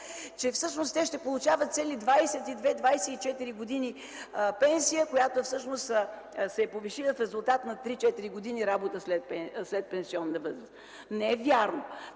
че всъщност те ще получават цели 22 24 години пенсия, която се е повишила в резултат на 3 4 години работа след пенсионната възраст. Не е вярно!